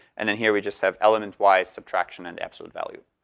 and then here, we just have elementwise subtraction and absolute value.